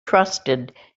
trusted